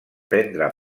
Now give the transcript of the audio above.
prendre